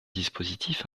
dispositif